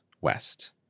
West